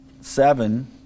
seven